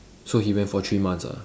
so he went for three months ah